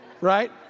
right